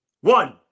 One